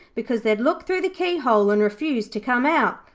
because they'd look through the keyhole and refuse to come out,